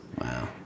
Wow